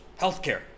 healthcare